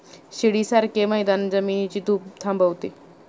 शिडीसारखे मैदान जमिनीची धूप थांबवते